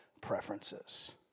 preferences